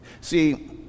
See